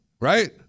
right